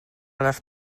les